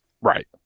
right